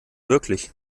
wirklich